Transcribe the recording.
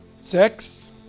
sex